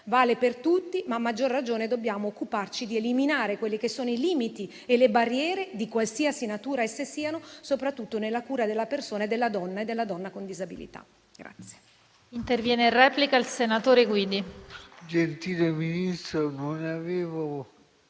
vale per tutti, ma a maggior ragione dobbiamo occuparci di eliminare i limiti e le barriere, di qualsiasi natura essi siano, soprattutto nella cura della persona, della donna e della donna con disabilità.